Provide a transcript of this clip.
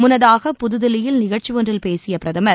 முன்னதாக புதுதில்லியில் நிகழ்ச்சி ஒன்றில் பேசிய பிரதமர்